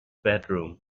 bedroom